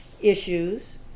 issues